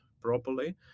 properly